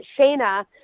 shana